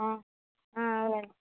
అలాగే